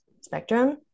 spectrum